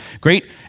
great